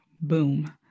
boom